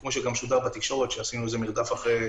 כמו ששודר בתקשורת שעשינו איזה מרדף אחרי